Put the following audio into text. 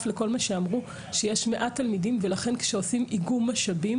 למה שאמרו שיש מעט תלמידים ולכן כאשר עושים איגום משאבים